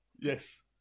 Yes